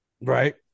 Right